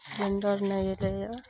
cylinder नहि ऐलय यऽ